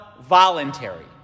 voluntary